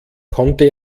konnte